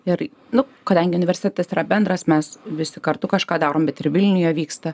ir nu kadangi universitetas yra bendras mes visi kartu kažką darom bet ir vilniuje vyksta